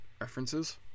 references